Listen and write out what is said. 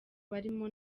barimo